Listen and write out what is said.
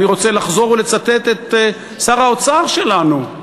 אני רוצה לחזור ולצטט את שר האוצר שלנו,